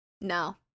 No